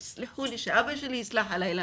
תסלחו לי ושאבא שלי יסלח עלי,